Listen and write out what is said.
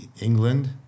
England